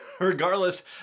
Regardless